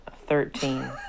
Thirteen